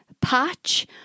patch